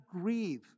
grieve